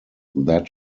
that